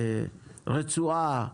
רצועה,